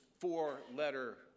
four-letter